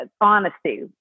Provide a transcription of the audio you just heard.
honesty